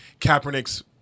Kaepernick's